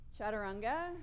Chaturanga